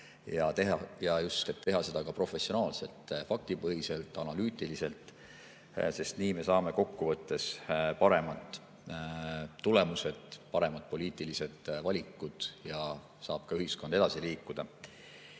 Just, et teha seda professionaalselt, faktipõhiselt, analüütiliselt, sest nii me saame kokkuvõttes paremad tulemused, paremad poliitilised valikud ja saab ka ühiskond edasi liikuda.